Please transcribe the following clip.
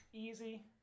Easy